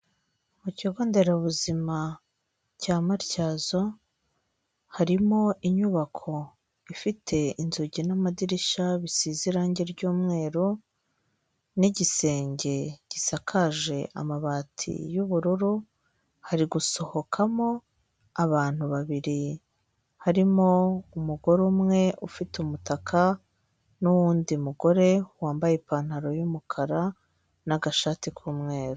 Mu kigo nderabuzima cya Matyazo harimo inyubako ifite inzugi n'amadirishya bisize irangi ry'umweru n'igisenge gisakaje amabati yubururu, hari gusohokamo abantu babiri harimo umugore umwe ufite umutaka n'uwundi mugore wambaye ipantaro y'umukara n'agashati k'umweru.